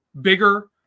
bigger